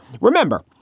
Remember